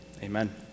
amen